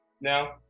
now